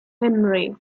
henry